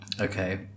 Okay